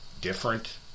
different